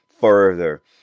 further